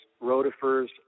rotifers